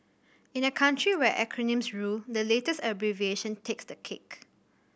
in a country where acronyms rule the latest abbreviation takes the cake